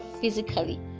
physically